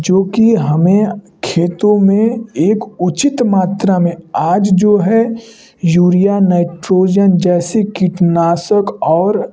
जो कि हमें खेतों में एक उचित मात्रा में आज जो है यूरिया नाइट्रोजन जैसी कीटनाशक और